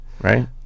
right